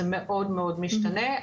זה מאוד-מאוד משתנה.